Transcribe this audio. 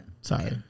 Sorry